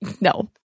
no